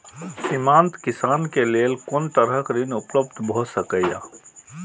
सीमांत किसान के लेल कोन तरहक ऋण उपलब्ध भ सकेया?